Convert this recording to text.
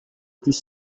plus